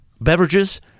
beverages